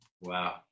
wow